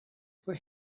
were